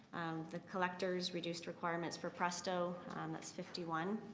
the collector's reduced requirements for presto that is fifty one.